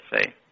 say